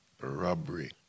Robbery